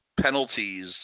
penalties